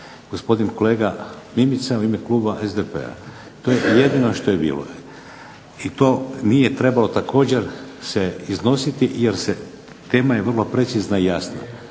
gospodin kolega Mimica u ime kluba SDP-a. To je jedino što je bilo. I to nije trebalo također se iznositi jer tema je vrlo precizna i jasna.